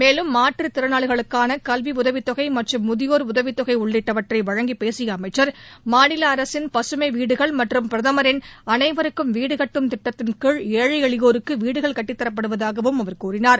மேலும் மாற்றுத் திறனாளிகளுக்கான கல்வி உதவித்தொகை மற்றும் முதியோர் உதவித் தொகை உள்ளிட்டவற்றை வழங்கிப் பேசிய அமைச்சர் மாநில அரசின் பசுமை வீடுகள் மற்றும் பிரதமரின் அனைவருக்கும் வீடுகட்டும் திட்டத்தின்கீழ் ஏழை எளியோருக்கு வீடுகள் கட்டித் தரப்படுவதாகவும் அவர் கூறினார்